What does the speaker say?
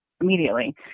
immediately